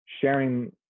sharing